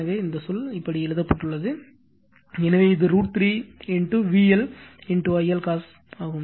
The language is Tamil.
எனவே இந்த சொல் இப்படி எழுதப்பட்டுள்ளது எனவே இது √ 3 VL I L cos ஆகும்